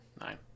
nine